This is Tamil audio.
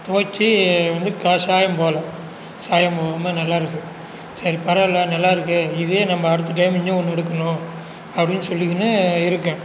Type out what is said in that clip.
துவைச்சு வந்து க சாயம் போல சாயம் போகாமல் நல்லாயிருக்கு சரி பரவா இல்லை நல்லாயிருக்கு இதே நம்ம அடுத்த டைம் இன்னும் ஒன்று எடுக்கணும் அப்படின்னு சொல்லிக்கின்னு இருக்கேன்